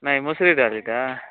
ନାହିଁ ମସୁରି ଡାଲିଟା